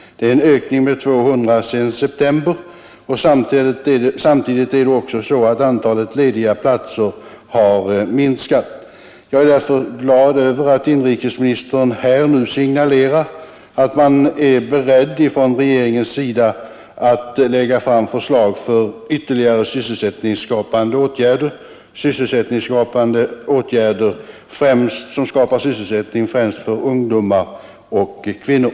Det är en utökning med 200 sedan september. Samtidigt har antalet lediga platser minskat. Jag är därför glad för att inrikesministern nu signalerar att regeringen är beredd att lägga fram förslag om ytterligare åtgärder, som skapar sysselsättning främst för ungdomar och kvinnor.